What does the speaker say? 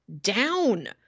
down